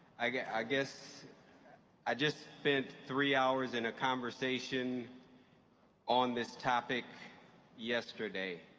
i guess i guess i just spent three hours in a conversation on this topic yesterday.